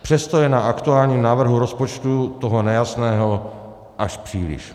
Přesto je na aktuálním návrhu rozpočtu toho nejasného až příliš.